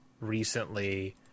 recently